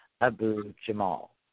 Abu-Jamal